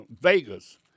Vegas